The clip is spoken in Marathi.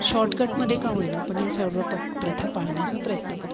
शॉर्टकटमध्ये का होईना पण या सर्व प प्रथा पाळण्याचा प्रयत्न करतो